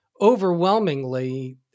overwhelmingly